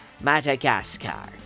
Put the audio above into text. Madagascar